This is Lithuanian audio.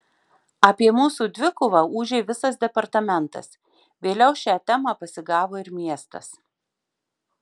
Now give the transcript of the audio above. apie mūsų dvikovą ūžė visas departamentas vėliau šią temą pasigavo ir miestas